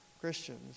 Christians